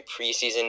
preseason